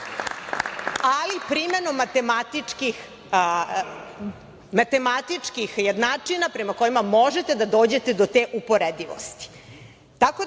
ali primenom matematičkih jednačina prema kojima možete da dođete do te uporedivosti. Tako